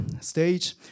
stage